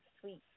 Sweet